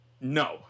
no